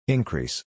Increase